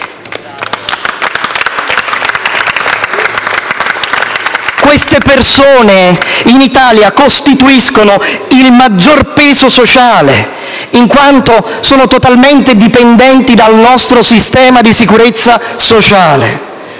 queste persone costituiscono il maggior peso sociale, in quanto sono totalmente dipendenti dal nostro sistema di sicurezza sociale.